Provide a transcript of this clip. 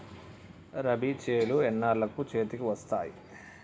రబీ చేలు ఎన్నాళ్ళకు చేతికి వస్తాయి?